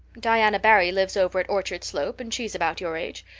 diana barry lives over at orchard slope and she's about your age.